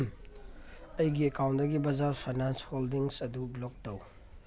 ꯑꯩꯒꯤ ꯑꯦꯀꯥꯎꯟꯇꯒꯤ Bajaj finance holdings ꯑꯗꯨ ꯕ꯭ꯂꯣꯛ ꯇꯧ